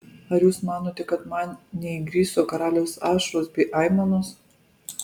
ar jūs manote kad man neįgriso karaliaus ašaros bei aimanos